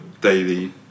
daily